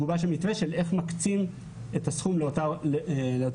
בוועדה יגובש המתווה של איך מקצים את הסכום לאותה אוכלוסייה.